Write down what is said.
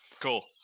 Cool